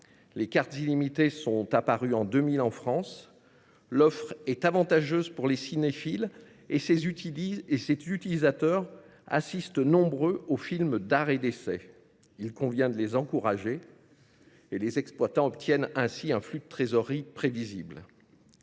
Les cartes illimitées sont apparues en 2000 en France. L’offre est avantageuse pour les cinéphiles et ces utilisateurs assistent nombreux aux films d’art et d’essai. Il convient de les encourager. Les exploitants obtiennent également, par ce moyen, un flux de trésorerie prévisible.